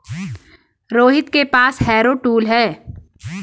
रोहित के पास harrow tool है